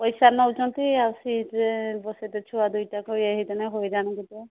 ପଇସା ନେଉଛନ୍ତି ଆଉ ସିଟ୍ରେ ବସେଇଦେ ଛୁଆ ଦୁଇଟାକ ଇଏ ହୋଇଥାନ୍ତେ ହଇରାଣ କେତେ